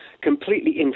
completely